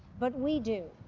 but we do.